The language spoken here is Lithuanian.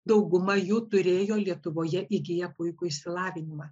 dauguma jų turėjo lietuvoje įgiję puikų išsilavinimą